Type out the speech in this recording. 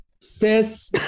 sis